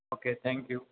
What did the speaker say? okay thank you